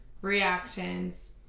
reactions